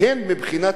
כמה הם משלמים,